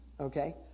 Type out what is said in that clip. Okay